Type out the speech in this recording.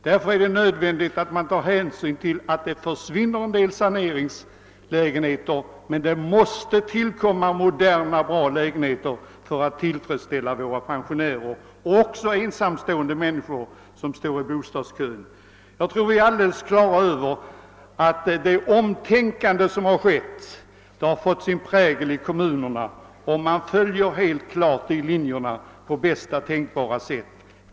Därför är det nödvändigt att det försvinner en del saneringslägenheter och att det tillkommer moderna och bra lägenheter, så att behoven hos våra pensionärer och också hos ensamstående människor i bostadskön kan tillfredsställas. Det omtänkande som skett har satt sin prägel på kommunernas planering och man följer helt klart de linjerna på bästa tänkbara sätt.